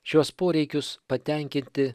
šiuos poreikius patenkinti